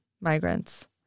migrants